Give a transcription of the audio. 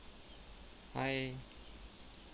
hi